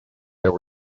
there